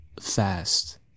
fast